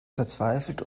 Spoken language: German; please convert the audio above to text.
verzweifelt